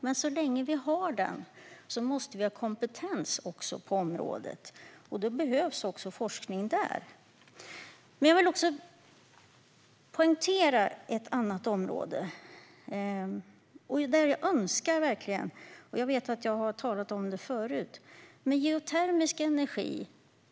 Men så länge vi har den måste vi ha kompetens på området, och då behövs också forskning. Jag vet att jag har talat om det förut, och jag vill återigen poängtera ett annat område som jag verkligen tror skulle ha en potential också i Sverige, och det är geotermisk energi.